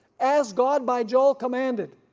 as god by joel commanded,